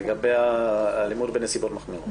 לגבי האלימות בנסיבות מחמירות?